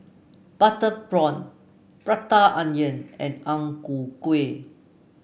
Butter Prawn Prata Onion and Ang Ku Kueh